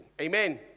Amen